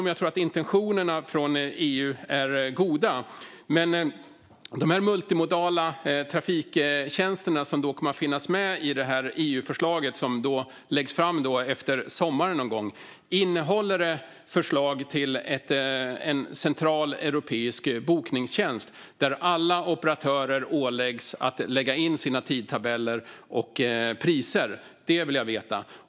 Jag tror att intentionerna från EU är goda när det gäller de multimodala trafiktjänsterna, som kommer att finnas med i det EU-förslag som läggs fram efter sommaren någon gång. Innehåller det också förslag om en central europeisk bokningstjänst, där alla operatörer åläggs att lägga in sina tidtabeller och priser? Det vill jag veta.